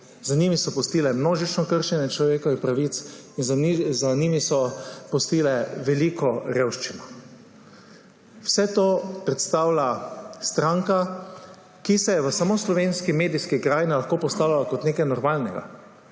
Za sabo so pustile množično kršenje človekovih pravic in za sabo so pustile veliko revščino. Vse to predstavlja stranka, ki se je samo v slovenski medijski krajini lahko postavljala kot nekaj normalnega.